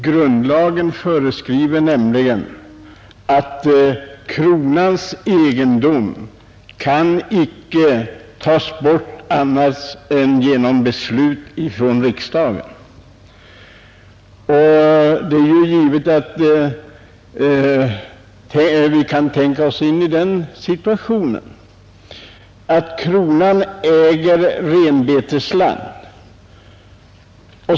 Grundlagen föreskriver nämligen att kronans egendom icke kan avhändas på annat sätt än genom beslut av riksdagen. Vi kan tänka oss den situationen att kronan äger renbetesland.